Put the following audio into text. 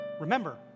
Remember